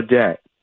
debt